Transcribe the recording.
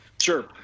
Sure